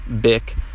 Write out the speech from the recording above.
Bick